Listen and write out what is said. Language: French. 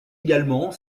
également